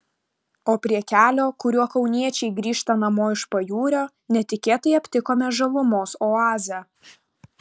o prie kelio kuriuo kauniečiai grįžta namo iš pajūrio netikėtai aptikome žalumos oazę